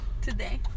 today